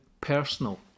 personal